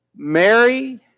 Mary